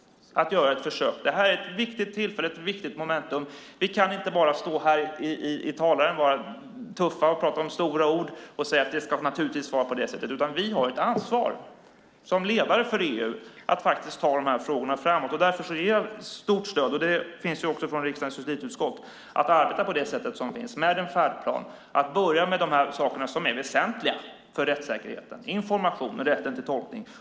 Här är det fråga om ett viktigt tillfälle, ett viktigt momentum. Vi kan inte bara stå här i talarstolen, vara tuffa och prata med stora ord om att det naturligtvis ska vara på ett visst sätt, utan vi har ett ansvar som ledare för EU att ta frågorna framåt. Därför finns det ett stort stöd från riksdagens justitieutskott att arbeta med en färdplan, att börja med de saker som är väsentliga för rättssäkerheten, det vill säga information och rätten till tolkning.